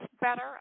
better